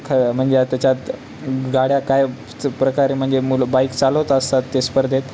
ख म्हणजे त्याच्यात गाड्या कायच प्रकारे म्हणजे मुलं बाईक चालवत असतात ते स्पर्धेत